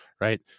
right